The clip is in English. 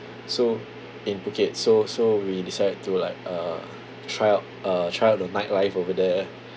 so in phuket so so we decided to like uh try out uh try out the nightlife over there